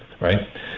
Right